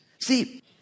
See